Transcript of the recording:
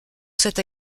cette